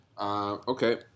Okay